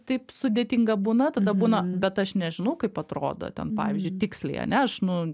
taip sudėtinga būna tada būna bet aš nežinau kaip atrodo ten pavyzdžiui tiksliai ane aš nu